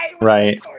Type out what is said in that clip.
Right